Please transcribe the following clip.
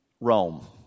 Rome